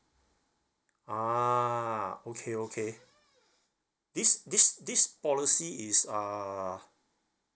ah okay okay this this this policy is uh